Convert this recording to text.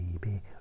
baby